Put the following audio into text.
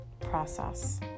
process